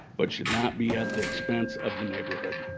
but should not be at the expense of the neighborhood.